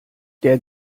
der